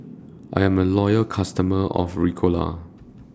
I'm A Loyal customer of Ricola